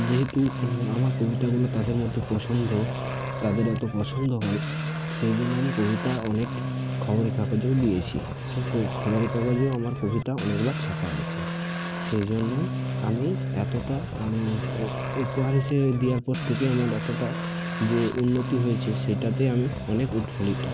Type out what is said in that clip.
যেহেতু আমার কবিতাগুলো তাদের মধ্যে পছন্দ তাদের এতো পছন্দ হয় সেই জন্য আমি কবিতা অনেক খবরের কাগজেও দিয়েছি সেই ক খবরের কাগজেও আমার কবিতা অনেকবার ছাপা হয়েছে সেই জন্য আমি এতোটা উপ উপহার হিসেবে দেওয়ার পর থেকে আমার এতোটা যে উন্নতি হয়েছে সেটাতে আমি অনেক উৎফুল্লিত